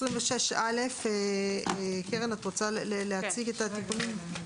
26א. קרן, רוצה להציג את התיקונים?